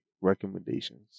recommendations